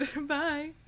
Bye